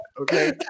Okay